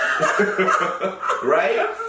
Right